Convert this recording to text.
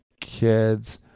kids